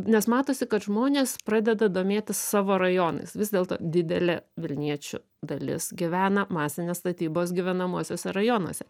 nes matosi kad žmonės pradeda domėtis savo rajonais vis dėlto didelė vilniečių dalis gyvena masinės statybos gyvenamuosiuose rajonuose